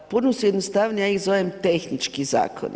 Puno su jednostavnije, ja ih zovem tehnički zakoni.